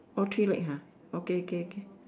orh three leg ha okay okay okay